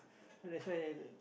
so that's why